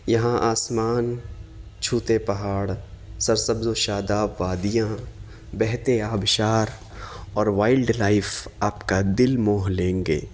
یہاں آسمان چھوتے پہاڑ سرسبز و شاداب وادیاں بہتے آبشار اور وائلڈ لائف آپ کا دل موہ لیں گے